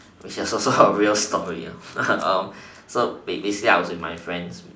which is also a real story ya so basically ya I was with my friend